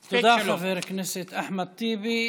תודה, חבר הכנסת אחמד טיבי.